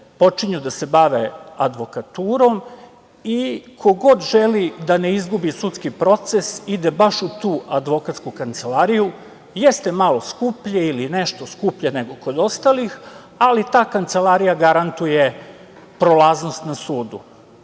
počinju da se bave advokaturom i ko god želi da ne izgubi sudski proces ide baš u tu advokatsku kancelariju. Jeste malo skuplje ili nešto skuplje nego kod ostalih, ali ta kancelarija garantuje prolaznost na sudu.